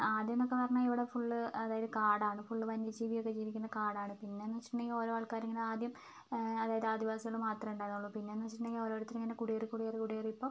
ആദ്യം എന്നൊക്ക പറഞ്ഞാൽ ഇവിടെ ഫുൾ അതായത് കാടാണ് ഫുൾ വന്യജീവിയൊക്കെ ജീവിക്കുന്ന കാടാണ് പിന്നെ എന്ന് വെച്ചിട്ടുണ്ടെങ്കിൽ ഓരോ ആൾക്കാർ ഇങ്ങനെ ആദ്യം അതായത് ആദിവാസികൾ മാത്രമേ ഉണ്ടായിരുന്നുള്ളൂ പിന്നെ എന്ന് വെച്ചിട്ടുണ്ടെങ്കിൽ ഓരോരുത്തരിങ്ങനെ കുടിയേറി കുടിയേറി ഇപ്പോൾ